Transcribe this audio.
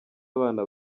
abana